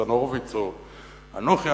ניצן הורוביץ או אנוכי,